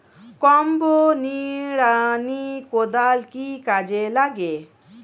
Combo নিড়ানি কোদাল কি কাজে লাগে?